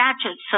statutes